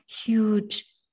huge